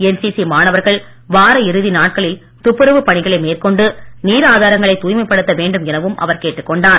NCC மாணவர்கள் வார இறுதி நாட்களில் துப்புரவுப் பணிகளை மேற்கொண்டு நீராதாரங்களை தூய்மைப் படுத்த வேண்டும் எனவும் அவர் கேட்டுக் கொண்டார்